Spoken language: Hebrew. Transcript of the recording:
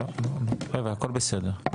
חבר'ה, הכול בסדר.